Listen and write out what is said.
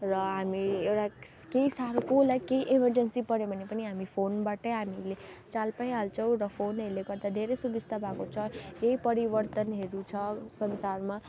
र हामी एउटा केही साह्रो कसलाई केही इमर्जेन्सी पऱ्यो भने पनि हामी फोनबाटै हामीले चाल पाइहाल्छौँ र फोनहरूले गर्दा धेरै सुविस्ता भएको छ यही परिवर्तनहरू छ संसारमा